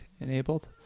enabled